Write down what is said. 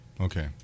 Okay